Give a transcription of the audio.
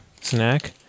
snack